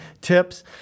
tips